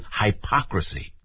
hypocrisy